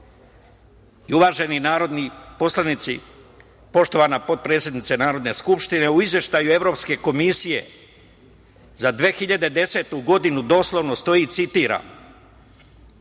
narodni poslanici, poštovana potpredsednice Narodne skupštine, u izveštaju Evropske komisije za 2010. godinu doslovno stoji, citiram